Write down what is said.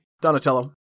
Donatello